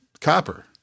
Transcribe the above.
Copper